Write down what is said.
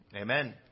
Amen